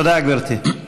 תודה, גברתי.